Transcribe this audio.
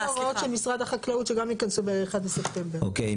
אה, סליחה.